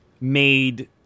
made